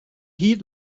heat